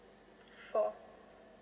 four